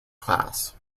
class